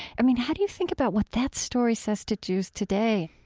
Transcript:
i mean, how do you think about what that story says to jews today?